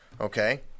Okay